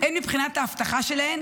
הן מבחינת האבטחה שלהן